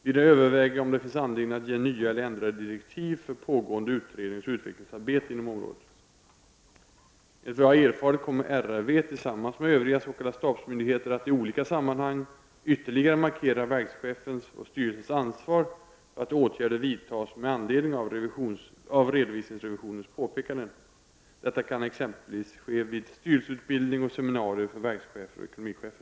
Vidare överväger jag om det finns anledning att ge nya eller ändrade direktiv för pågående utredningsoch utvecklingsarbete inom området. Enligt vad jag har erfarit kommer RRV tillsammans med övriga s.k. stabsmyndigheter att i olika sammanhang ytterligare markera verkschefens och styrelsens ansvar för att åtgärder vidtas med anledning av redovisningsrevisionens påpekanden. Detta kan ske exempelvis vid styrelseutbildning och seminarier för verkschefer och ekonomichefer.